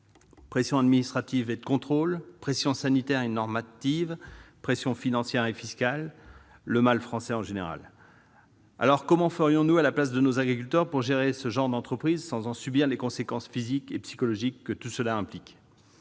pression administrative et de contrôle, pression sanitaire et normative, pression financière et fiscale- le mal français en général. Comment ferions-nous, à la place de nos agriculteurs, pour gérer leur entreprise dans de telles conditions sans subir les conséquences physiques et psychologiques que tout cela implique ?